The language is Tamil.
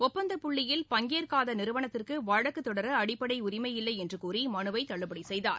ஒப்பந்தப்புள்ளியில் பங்கேற்காத நிறுவனத்திற்கு வழக்கு தொடர அடிப்படை உரிமையில்லை என கூறி மனுவை தள்ளுபடி செய்தார்